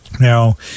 Now